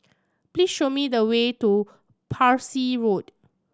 please show me the way to Parsi Road